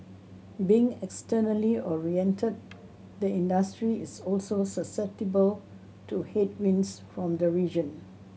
being externally oriented the industry is also susceptible to headwinds from the region